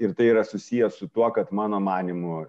ir tai yra susiję su tuo kad mano manymu